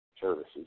services